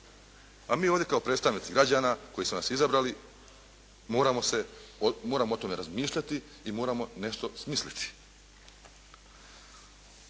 A mi ovdje, kao predstavnici građana koji su nas izabrali, moramo o tome razmišljati i moramo nešto smisliti.